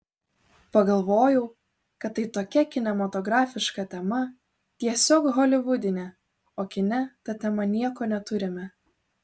pagalvojau kad tai tokia kinematografiška tema tiesiog holivudinė o kine ta tema nieko neturime